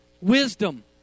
wisdom